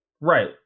Right